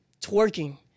twerking